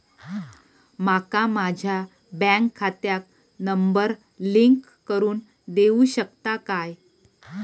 माका माझ्या बँक खात्याक नंबर लिंक करून देऊ शकता काय?